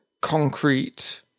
concrete